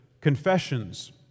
confessions